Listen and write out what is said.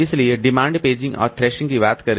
इसलिए demand paging और thrashing की बात करें